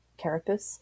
carapace